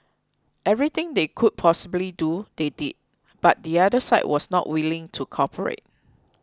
everything they could possibly do they did but the other side was not willing to cooperate